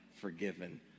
forgiven